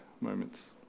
moments